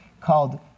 called